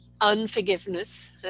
unforgiveness